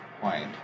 point